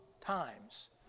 times